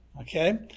Okay